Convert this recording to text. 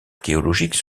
archéologiques